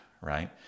right